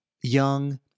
young